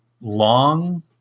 long